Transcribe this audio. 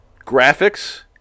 Graphics